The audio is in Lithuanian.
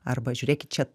arba žiūrėkit čia